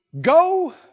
Go